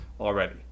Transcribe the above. already